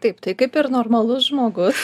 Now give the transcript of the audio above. taip tai kaip ir normalus žmogus